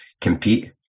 compete